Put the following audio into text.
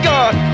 God